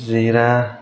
जिरा